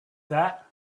that